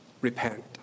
Repent